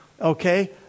Okay